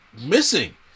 missing